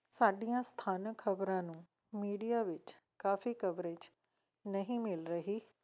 ਸਾਡੀਆਂ ਸਥਾਨਕ ਖਬਰਾਂ ਨੂੰ ਮੀਡੀਆ ਵਿੱਚ ਕਾਫੀ ਕਵਰੇਜ ਨਹੀਂ ਮਿਲ ਰਹੀ